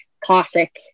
classic